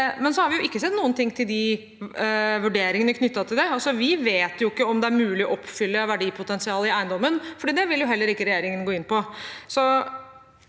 har vi ikke sett noe til vurderingene knyttet til det. Vi vet ikke om det er mulig å oppfylle verdipotensialet i eiendommen, for det vil regjeringen heller ikke gå inn på.